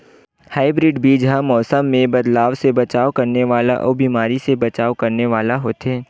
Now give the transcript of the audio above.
hybrid बीज हा मौसम मे बदलाव से बचाव करने वाला अउ बीमारी से बचाव करने वाला होथे